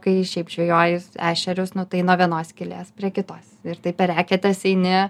kai šiaip žvejoji ešerius nu tai nuo vienos skylės prie kitos ir taip per eketes eini